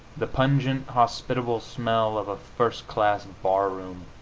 the pungent, hospitable smell of a first-class bar-room